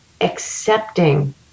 accepting